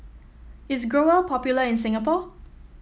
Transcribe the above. is Growell popular in Singapore